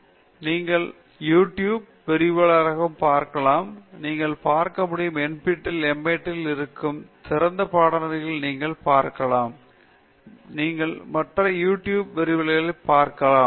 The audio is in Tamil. தொடர்பாடல் திறன்கள் ஏற்கனவே நான் உனக்கு ஏற்கனவே சொன்னேன் நீங்கள் யூடுயூப் விரிவுரைகளையும் பார்க்கலாம் நீங்கள் பார்க்க முடியும் NPTEL MIT இல் இருக்கும் திறந்த பாடநெறியை நீங்கள் பார்க்கலாம் நீங்கள் மற்ற YouTube விரிவுரைகளை பார்க்கலாம்